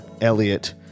Elliot